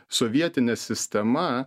sovietinė sistema